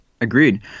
agreed